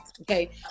Okay